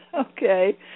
Okay